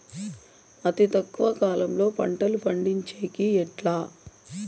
అతి తక్కువ కాలంలో పంటలు పండించేకి ఎట్లా?